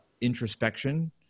introspection